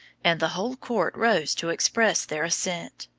and the whole court rose to express their assent.